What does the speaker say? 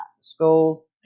school